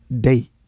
day